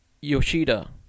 Yoshida